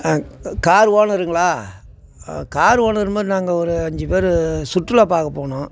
car ஓனருங்களா car ஓனரம்மா நாங்கள் ஒரு அஞ்சு பேர் சுற்றுலா பார்க்கப் போகணும்